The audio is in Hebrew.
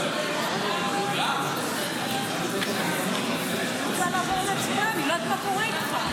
אני לא יודעת מה קורה איתך.